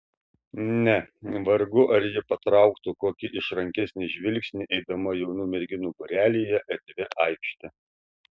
ne vargu ar ji patrauktų kokį išrankesnį žvilgsnį eidama jaunų merginų būrelyje erdvia aikšte